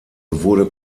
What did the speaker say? wurde